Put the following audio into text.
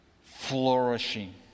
flourishing